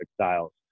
styles